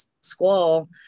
squall